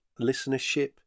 listenership